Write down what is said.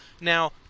Now